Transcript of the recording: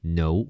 no